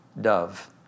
dove